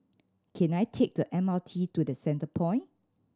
can I take the M R T to The Centrepoint